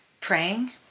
praying